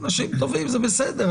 אנשים טובים, זה בסדר.